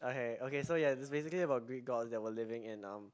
okay okay so ya it's basically about Greek gods that were living in um